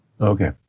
Okay